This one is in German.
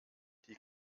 die